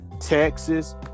Texas